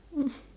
mm